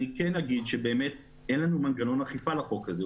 אני אוסיף ואומר שאין לנו מנגנון אכיפה לחוק הזה.